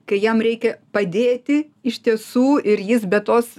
kai jam reikia padėti iš tiesų ir jis be tos